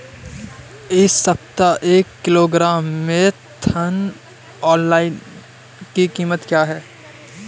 इस सप्ताह एक किलोग्राम मेन्था ऑइल की कीमत क्या है?